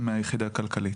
מהיחידה הכלכלית,